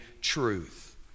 truth